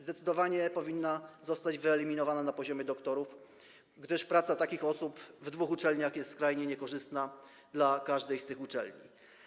Zdecydowanie powinna zostać wyeliminowana na poziomie doktorów, gdyż praca takich osób w dwóch uczelniach jest skrajnie niekorzystna dla każdej z tych uczelni.